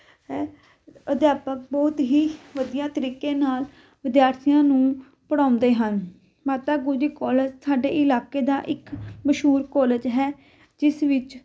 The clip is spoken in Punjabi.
ਹੈ ਅਧਿਆਪਕ ਬਹੁਤ ਹੀ ਵਧੀਆ ਤਰੀਕੇ ਨਾਲ ਵਿਦਿਆਰਥੀਆਂ ਨੂੰ ਪੜ੍ਹਾਉਂਦੇ ਹਨ ਮਾਤਾ ਗੁਜਰੀ ਕੋਲਜ ਸਾਡੇ ਇਲਾਕੇ ਦਾ ਇੱਕ ਮਸ਼ਹੂਰ ਕੋਲਜ ਹੈ ਜਿਸ ਵਿੱਚ